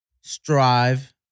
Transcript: strive